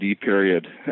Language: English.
period